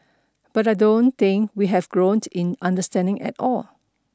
but I don't think we have grown in understanding at all